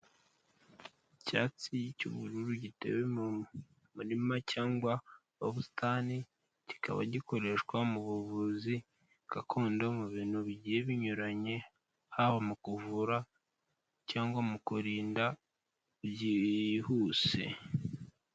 Icyatsi cy'ubururu gitewe mu murima cyangwa mu busitani, kikaba gikoreshwa mu buvuzi gakondo mu bintu bigiye binyuranye, haba mu kuvura cyangwa mu kurinda byihuse.